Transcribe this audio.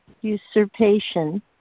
usurpation